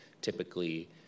Typically